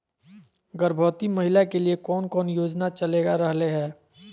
गर्भवती महिला के लिए कौन कौन योजना चलेगा रहले है?